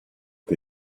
che